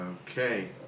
Okay